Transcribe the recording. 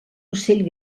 ocell